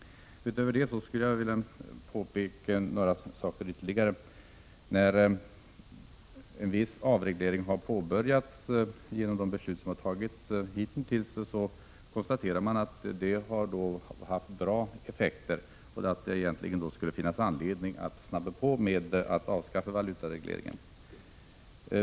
Utöver detta skulle jag vilja göra några ytterligare påpekanden. När en viss avreglering har påbörjats genom de beslut som har fattats hittills kan man konstatera att det har haft bra effekter och att det egentligen skulle finnas anledning att skynda på avskaffandet av valutaregleringen.